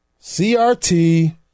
CRT